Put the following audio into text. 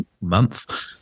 month